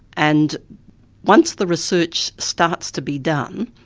and once the research starts to be done,